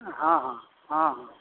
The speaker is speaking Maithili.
हॅं हॅं हॅं हॅं